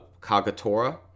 Kagatora